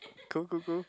cool cool cool